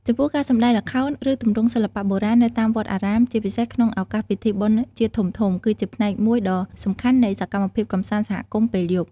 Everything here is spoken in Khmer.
ចំពោះការសម្ដែងល្ខោន ឬទម្រង់សិល្បៈបុរាណនៅតាមវត្តអារាម ជាពិសេសក្នុងឱកាសពិធីបុណ្យជាតិធំៗ គឺជាផ្នែកមួយដ៏សំខាន់នៃសកម្មភាពកម្សាន្តសហគមន៍ពេលយប់។